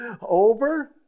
over